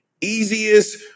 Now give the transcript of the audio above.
easiest